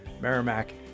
Merrimack